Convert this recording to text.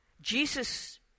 Jesus